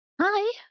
Hi